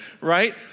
right